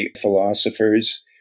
philosophers